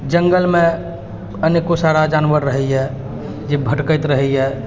जङ्गलमे अनेको सारा जानवर रहैए जे भटकैत रहैए